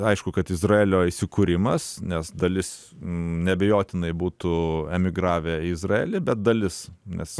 aišku kad izraelio įsikūrimas nes dalis neabejotinai būtų emigravę į izraelį bet dalis nes